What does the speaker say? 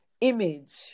image